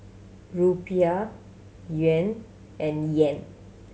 Rupiah Yuan and Yen